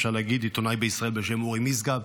אפשר להגיד: עיתונאי בישראל בשם אורי משגב,